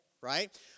right